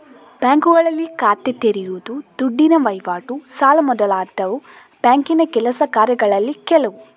ಬ್ಯಾಂಕುಗಳಲ್ಲಿ ಖಾತೆ ತೆರೆಯುದು, ದುಡ್ಡಿನ ವೈವಾಟು, ಸಾಲ ಮೊದಲಾದವು ಬ್ಯಾಂಕಿನ ಕೆಲಸ ಕಾರ್ಯಗಳಲ್ಲಿ ಕೆಲವು